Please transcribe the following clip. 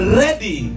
ready